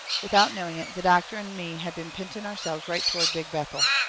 without knowing it the doctor and me had been pinting ourselves right toward big bethel.